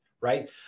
right